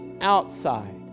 outside